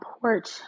porch